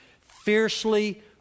fiercely